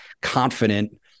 confident